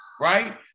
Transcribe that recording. right